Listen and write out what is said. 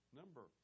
number